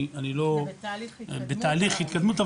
זה בתהליך התקדמות.